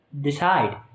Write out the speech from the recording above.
decide